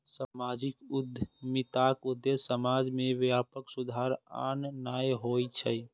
सामाजिक उद्यमिताक उद्देश्य समाज मे व्यापक सुधार आननाय होइ छै